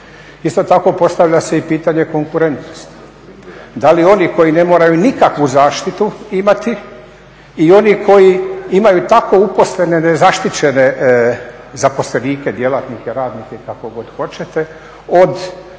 Isto tako postavlja se i pitanje konkurentnosti. Da li oni koji ne moraju nikakvu zaštitu imati i oni koji imaju tako uposlene nezaštićene zaposlenike, djelatnike, radnike kako god hoćete, od